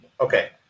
Okay